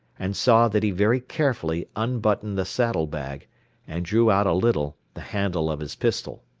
and saw that he very carefully unbuttoned the saddle bag and drew out a little the handle of his pistol.